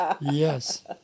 Yes